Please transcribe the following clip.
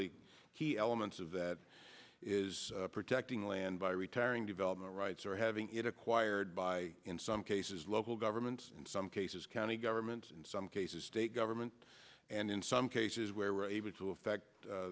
the key elements of that is protecting the land by retiring development rights or having it acquired by in some cases local governments in some cases county governments in some cases state government and in some cases where we're able to affect